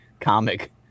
comic